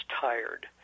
tired